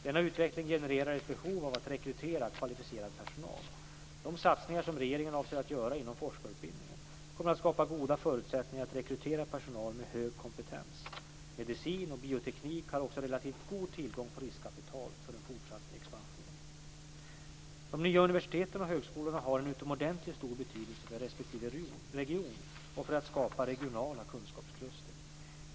Denna utveckling genererar ett behov av att rekrytera kvalificerad personal. De satsningar som regeringen avser att göra inom forskarutbildningen kommer att skapa goda förutsättningar att rekrytera personal med hög kompetens. Medicin och bioteknik har också relativt god tillgång på riskkapital för en fortsatt expansion. De nya universiteten och högskolorna har en utomordentligt stor betydelse för respektive region och för att skapa regionala kunskapskluster.